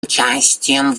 участием